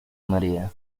maría